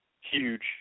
huge